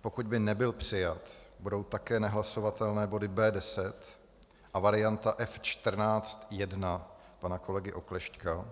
Pokud by nebyl přijat, budou také nehlasovatelné body B10 a varianta F14/1 pana kolegy Oklešťka,